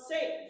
safe